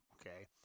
Okay